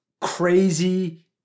crazy